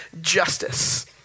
justice